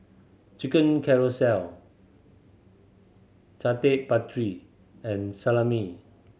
Chicken Casserole Chaat Papri and Salami